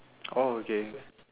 oh okay